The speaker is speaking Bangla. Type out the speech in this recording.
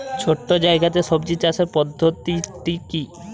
ছোট্ট জায়গাতে সবজি চাষের পদ্ধতিটি কী?